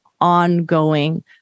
ongoing